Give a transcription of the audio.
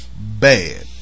bad